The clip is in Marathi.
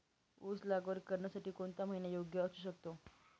ऊस लागवड करण्यासाठी कोणता महिना योग्य असू शकतो?